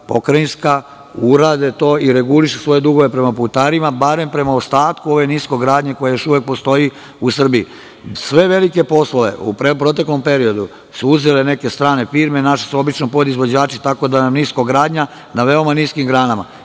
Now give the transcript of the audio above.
pokrajinska urade to i regulišu svoje dugove prema putarima, barem prema ostatku ove niskogradnje koja još uvek postoji u Srbiji. Sve velike poslove u proteklom periodu su uzele neke strane firme. Naši su obično podizvođači, tako da nam je niskogradnja na veoma niskim granama.